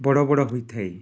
ବଡ଼ ବଡ଼ ହୋଇଥାଏ